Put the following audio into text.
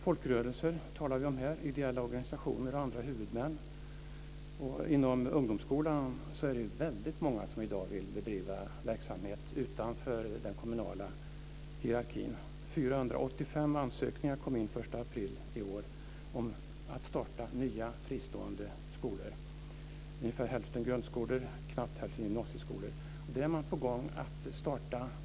Vi talar här om folkrörelser, ideella organisationer och andra huvudmän. Inom ungdomsskolan finns det många som i dag vill bedriva verksamhet utanför den kommunala hierarkin. 485 ansökningar kom in till den 1 april i år om att starta nya fristående skolor. Ungefär hälften gällde grundskolor, knappt hälften gällde gymnasieskolor.